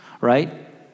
right